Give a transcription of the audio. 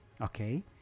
okay